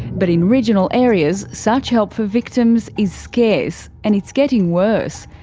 but in regional areas, such help for victims is scarce, and it's getting worse.